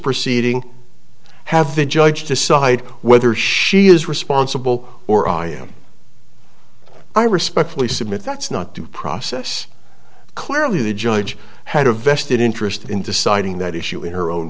proceeding have the judge decide whether she is responsible or i am i respectfully submit that's not due process clearly the judge had a vested interest in deciding that issue in her own